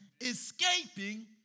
Escaping